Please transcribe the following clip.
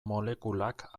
molekulak